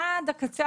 עד הקצה,